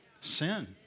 Sin